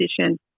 position